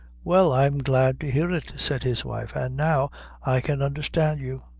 well, i'm glad to hear it, said his wife an' now i can undherstand you.